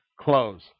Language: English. close